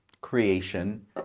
creation